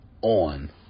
on